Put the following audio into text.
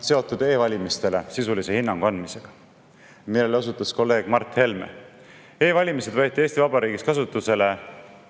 seotud e-valimistele sisulise hinnangu andmisega, millele osutas kolleeg Mart Helme. E-valimised võeti Eesti Vabariigis kasutusele